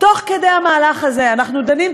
תוך כדי המהלך הזה אנחנו דנים,